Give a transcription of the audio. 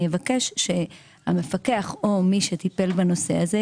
אני אבקש שהמפקח או מי שטיפל בנושא הזה,